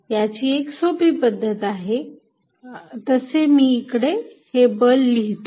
याची एक सोपी पद्धत आहे तसे मी इकडे हे बल लिहितो